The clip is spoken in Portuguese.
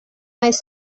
mais